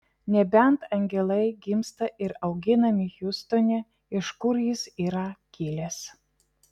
nebent angelai gimsta ir auginami hjustone iš kur jis yra kilęs